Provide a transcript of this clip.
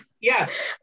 yes